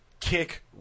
kick